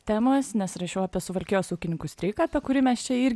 temos nes rašiau apie suvalkijos ūkininkų streiką apie kurį mes čia irgi